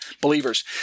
believers